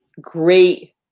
great